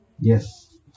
Yes